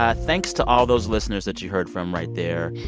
ah thanks to all those listeners that you heard from right there.